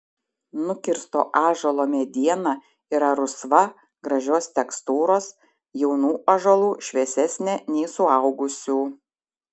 nukirsto ąžuolo mediena yra rusva gražios tekstūros jaunų ąžuolų šviesesnė nei suaugusių